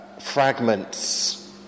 fragments